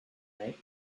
night